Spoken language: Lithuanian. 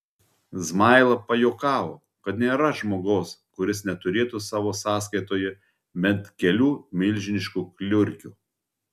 zmaila pajuokavo kad nėra žmogaus kuris neturėtų savo sąskaitoje bent kelių milžiniškų kliurkių